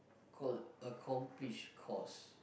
call accomplish course